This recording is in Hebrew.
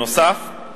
נוסף על כך,